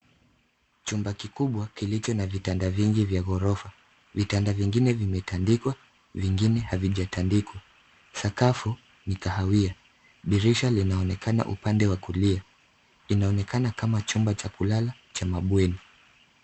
Chumba kikubwa kilicho na vitanda vingi vya ghorofa. Vitanda vingine vimetandikwa, vingine havijatandikwa. Sakafu ni kahawia. Dirisha linaonekana upande wa kulia. Inaonekana kama chumba cha kulala cha mabweni.